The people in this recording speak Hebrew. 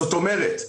זאת אומרת,